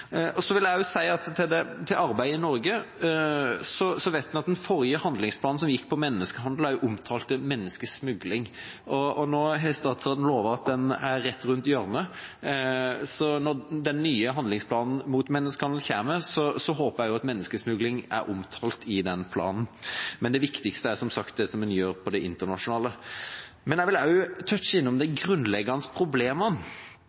Så vil jeg også si om det arbeidet Norge gjør, at vi vet at den forrige handlingsplanen som gjaldt menneskehandel, også omtalte menneskesmugling. Nå har statsråden lovet at den nye handlingsplanen mot menneskehandel er rett rundt hjørnet, så når den kommer, håper jeg at menneskesmugling er omtalt i den planen. Men det viktigste er som sagt det en gjør internasjonalt. Jeg vil også nevne de grunnleggende problemene. Hva er årsakene til at mennesker legger ut på flukt og ønsker å bruke menneskehandlere? Det